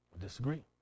disagree